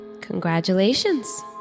Congratulations